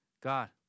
God